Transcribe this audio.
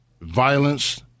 violence